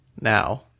now